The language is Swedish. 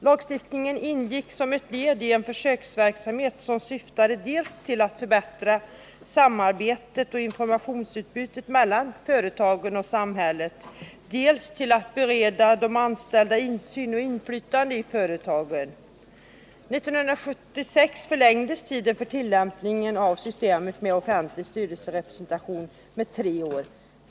Lagstiftningen ingick som ett led i en försöksverksamhet som syftade dels till att förbättra samarbetet och informationsutbytet mellan företagen och samhället, dels till att bereda de anställda insyn och inflytande i företagen. 1976 förlängdes tiden för tillämpningen av systemet med offentlig styrelserepresentation med tre år.